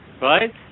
right